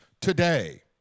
today